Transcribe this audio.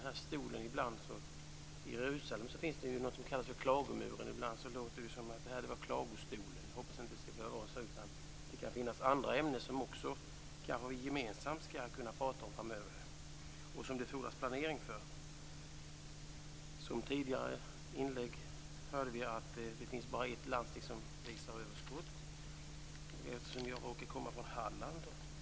Fru talman! I Jerusalem finns det något som kallas för klagomuren. Ibland låter det som om denna talarstol var klagostolen. Jag hoppas att det inte skall vara så. Det kan finnas andra ämnen som vi skulle kunna prata om gemensamt framöver och som det fordras planering för. I tidigare inlägg hörde vi att det bara finns ett landsting som visar överskott. Jag råkar komma från Halland.